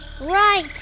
right